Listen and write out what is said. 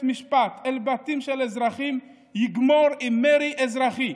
משפט לבתים של אזרחים יגמור עם מרי אזרחי.